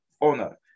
owner